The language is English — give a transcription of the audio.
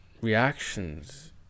reactions